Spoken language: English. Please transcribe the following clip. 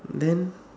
then